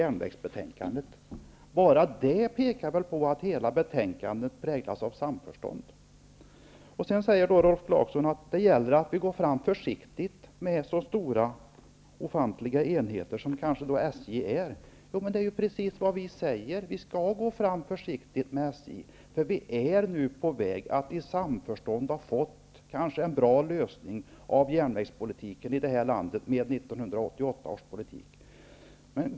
Enbart detta faktum pekar väl på att hela betänkandet präglas av samförstånd. Rolf Clarkson säger att det gäller att gå fram försiktigt när det handlar om så ofantligt stora enheter som SJ. Det är ju precis vad vi säger. Vi skall gå försiktigt fram eftersom vi med 1988 års järnvägspolitik är på väg att i samförstånd få en bra lösning på problemet.